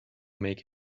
make